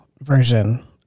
version